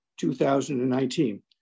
2019